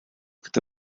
gyda